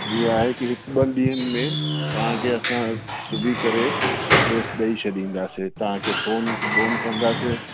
ही आहे कि हिकु ॿ ॾींहंनि में तव्हांखे असां सिबी करे ड्रेस ॾेई छॾींदासीं तव्हांखे फ़ोन फ़ोन कंदासीं